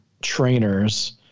trainers